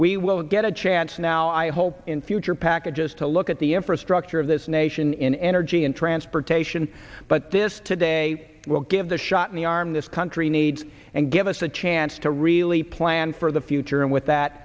we will get a chance now i hope in future packages to look at the infrastructure of this nation in energy and transportation but this today will give the shot in the arm this country needs and give us a chance to really plan for the future and with that